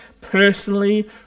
personally